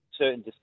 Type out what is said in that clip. certain